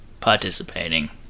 Participating